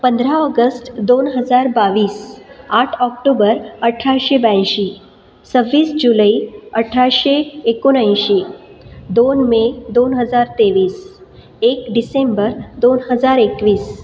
पंधरा ऑगस्ट दोन हजार बावीस आठ ऑक्टोबर अठराशे ब्याऐंशी सव्वीस जुलै अठराशे एकोणऐंशी दोन मे दोन हजार तेवीस एक डिसेंबर दोन हजार एकवीस